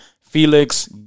felix